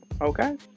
Okay